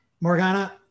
Morgana